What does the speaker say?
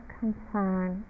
concern